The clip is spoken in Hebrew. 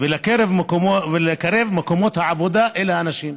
ולקרב את מקומות העבודה אל האנשים,